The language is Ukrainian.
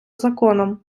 законом